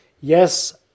yes